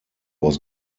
was